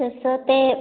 तसं ते